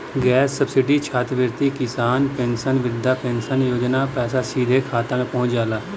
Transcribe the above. gas subsidy छात्रवृत्ति किसान pension वृद्धा पेंशन योजना क पैसा सीधे खाता में पहुंच जाला